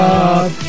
up